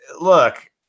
look